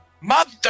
Mother